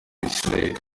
isiraheli